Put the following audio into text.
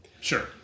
Sure